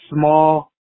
small